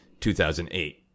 2008